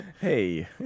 Hey